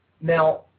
Now